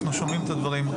אנחנו שומעים את הדברים,